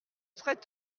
serais